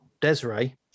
Desiree